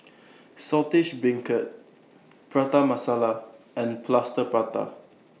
Saltish Beancurd Prata Masala and Plaster Prata